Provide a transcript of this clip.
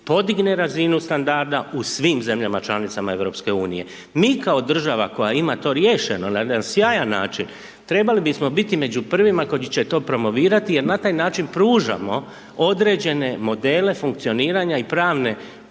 podigne razinu standarda u svim zemljama članicama Europske unije. Mi kao država koja ima to riješeno na jedan sjajan način, trebali bismo biti među prvima koji će to promovirati, jer na taj način pružamo određene modele funkcioniranja i pravne